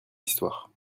histoire